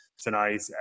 tonight